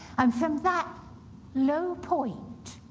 um from that low point,